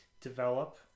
develop